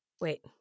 Wait